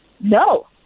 No